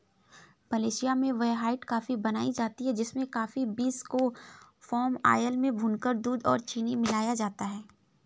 Malaysia में white coffee बनाई जाती है जिसमें कॉफी बींस को पाम आयल में भूनकर दूध और चीनी मिलाया जाता है